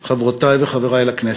חברי וחברותי לכנסת,